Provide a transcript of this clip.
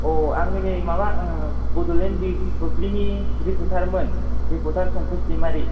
औ आङो नै माबा बड'लेण्ड बुब्लिनि रिपर्टारमोन रिपर्टार फंखस दैमारि